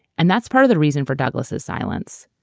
and that's part of the reason for douglas's silence.